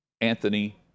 Anthony